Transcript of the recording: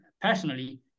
personally